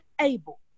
able